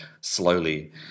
slowly